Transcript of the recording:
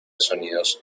sonidos